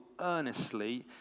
earnestly